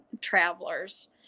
travelers